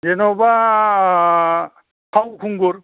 जेनेबा फावखुंगुर